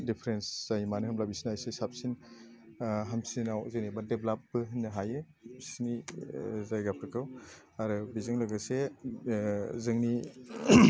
difference जायो मानो होमब्ला मानो होमब्ला बिसना एसे साबसिन हामसिनाव जेनेबा डेभेलप होननो हायो बिसिनि जायगाफोरखौ आरो बिजों लोगोसे जोंनि